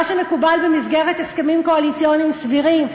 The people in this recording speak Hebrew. במה שמקובל במסגרת הסכמים קואליציוניים סבירים.